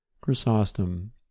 Chrysostom